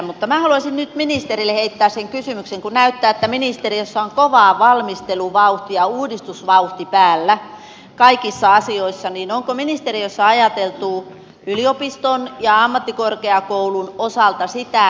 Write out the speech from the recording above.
mutta minä haluaisin nyt ministerille heittää kysymyksen kun näyttää että ministeriössä on kova valmistelu ja uudistusvauhti päällä kaikissa asioissa niin onko ministeriössä ajateltuun yliopistoon ja ammattikorkeakoulun osalta sitä